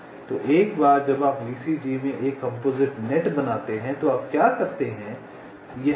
तो एक बार जब आप VCG में एक कंपोजिट नेट बनाते हैं तो आप क्या करते हैं